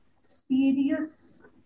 serious